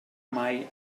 mai